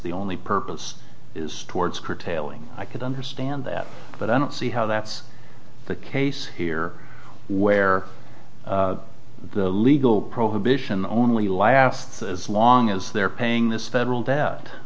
the only purpose is towards curtailing i could understand that but i don't see how that's the case here where the legal probation only lasts as long as they're paying this federal debt